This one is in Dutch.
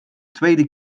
tweede